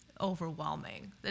overwhelming